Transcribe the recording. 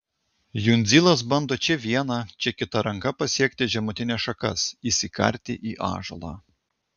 jundzilas bando čia viena čia kita ranka pasiekti žemutines šakas įsikarti į ąžuolą